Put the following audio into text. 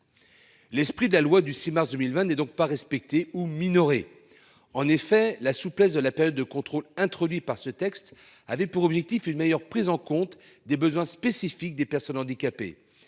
L'esprit de la loi du 6 mars 2020 n'est donc pas respecté ou minorée. En effet, la souplesse de la période de contrôle introduits par ce texte avait pour objectif une meilleure prise en compte des besoins spécifiques des personnes handicapées